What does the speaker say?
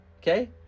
okay